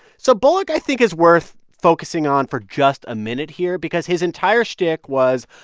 so bullock, i think, is worth focusing on for just a minute here because his entire shtick was,